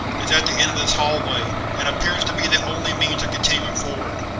it's at the end of this hallway, and appears to be the only means of continuing forward.